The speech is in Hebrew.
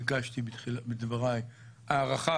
ביקשתי בדבריי הערכה,